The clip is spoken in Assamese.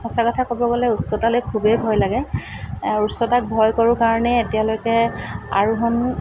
সঁচা কথা ক'ব গ'লে উচ্চতালৈ খুবেই ভয় লাগে উচ্চতাক ভয় কৰোঁ কাৰণেই এতিয়ালৈকে আৰোহণ